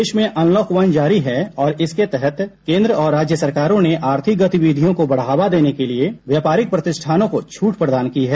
देश में unlock one जारी है और इसके तहत केंद्र और राज्य सरकारों ने आर्थिक गतिविधियों को बढ़ावा देने के लिए व्यापारिक प्रतिष्ठानों को छूट प्रदान की है